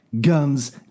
Guns